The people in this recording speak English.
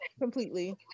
completely